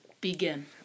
Begin